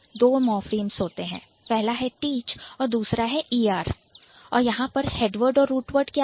दो मॉर्फीम्स होते हैं पहला है Teach और दूसरा है er और यहां पर हेडवर्ड और रूट वर्ड क्या है